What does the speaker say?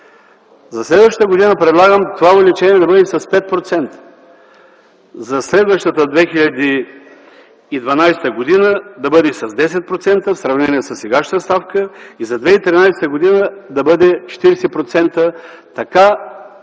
За следващата година предлагам това увеличение да бъде с 5%. За следващата, 2012 г., да бъде с 10% в сравнение със сегашната ставка. За 2013 г. да бъде 40%,